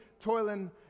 toiling